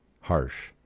harsh